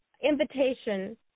invitation